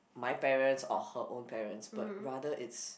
my parents or her own parents but rather is